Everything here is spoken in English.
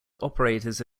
operators